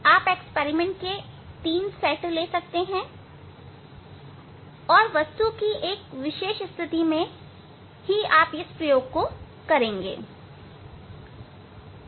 या आप प्रयोग के 3 सेट ले सकते हैं आप वस्तु की एक विशेष स्थिति के लिए सिर्फ एक प्रयोग कर रहे हैं